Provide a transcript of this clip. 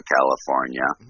California